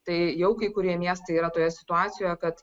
tai jau kai kurie miestai yra toje situacijoje kad